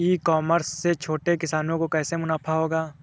ई commerce से छोटे किसानों को कैसे मुनाफा होगा?